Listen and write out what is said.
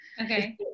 Okay